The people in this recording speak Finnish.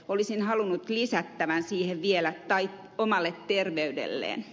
olisin halunnut lisättävän siihen vielä tai omalle terveydelleen